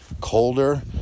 colder